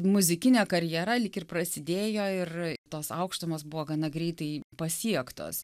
muzikinė karjera lyg ir prasidėjo ir tos aukštumos buvo gana greitai pasiektos